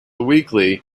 weekly